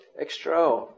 extra